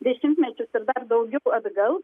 dešimtmečius ir dar daugiau atgal